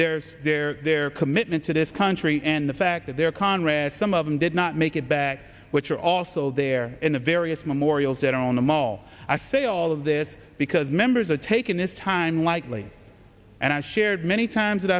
their their their commitment to this country and the fact that they're conrad some of them did not make it back which are also there in the various memorials that are on the mall i say all of this because members are taking this time likely and i shared many times that